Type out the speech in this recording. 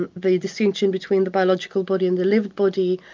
and the distinction between the biological body and the lived body,